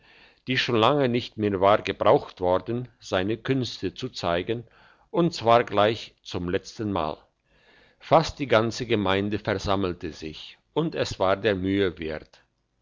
die schon lange nicht mehr war gebraucht worden seine künste zu zeigen und zwar gleich zum letzten mal fast die ganze gemeinde versammelte sich und es war der mühe wert